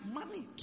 money